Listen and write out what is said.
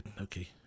okay